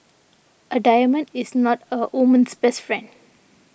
a diamond is not a woman's best friend